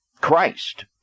Christ